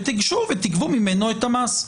ותיגשו ותגבו ממנו את המס.